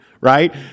right